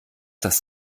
das